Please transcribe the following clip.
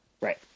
Right